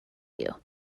you